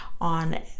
on